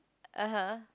(uh huh)